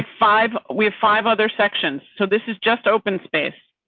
five, we have five other sections so this is just open space.